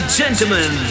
gentlemen